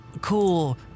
cool